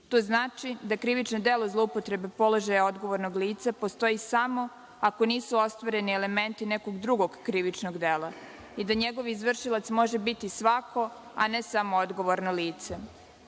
To znači da krivično delo zloupotrebe položaja odgovornog lica postoji samo ako nisu ostvareni elementi nekog drugog krivičnog dela i da njegov izvršilac može biti svako, a ne samo odgovorno